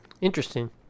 Interesting